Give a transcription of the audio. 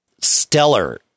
Stellar